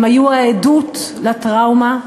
הם היו העדות לטראומה,